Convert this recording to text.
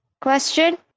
question